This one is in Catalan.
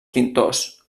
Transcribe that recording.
pintors